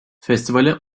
festivale